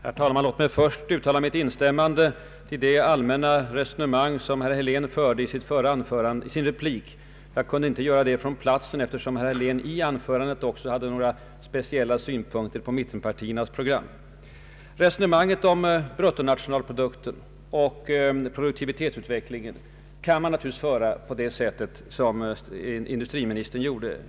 Herr talman! Låt mig först instämma i det allmänna resonemang som herr Helen förde i sin replik. Jag kunde inte göra det från min plats, eftersom herr Helén i anförandet också hade några speciella '"nterna synpunkter på mittenpartiernas program. kan man naturligtvis föra på det sätt som industriministern gjorde.